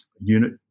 unit